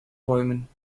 bäumen